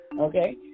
okay